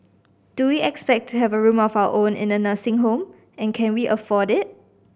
do we expect to have a room of our own in a nursing home and can we afford it